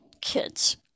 kids